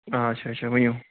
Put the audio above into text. اچھا اچھا ؤنو